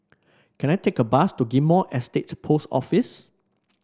can I take a bus to Ghim Moh Estate Post Office